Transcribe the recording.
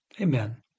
Amen